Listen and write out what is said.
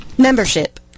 Membership